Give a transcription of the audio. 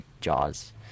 Jaws